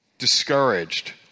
discouraged